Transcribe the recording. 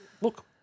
Look